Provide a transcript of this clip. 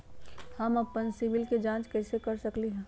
हम अपन सिबिल के जाँच कइसे कर सकली ह?